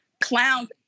clowns